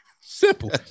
Simple